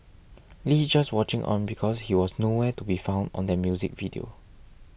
Lee just watching on because he was no where to be found on that music video